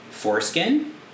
foreskin